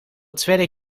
tweede